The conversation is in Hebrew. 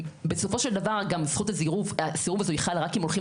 בסופו של דבר גם זכות הסירוב הזו היא חלה רק אם הולכים